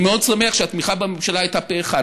אני מאוד שמח שהתמיכה בממשלה הייתה פה אחד.